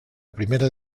primera